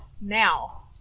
now